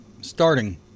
starting